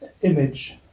image